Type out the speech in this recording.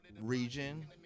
region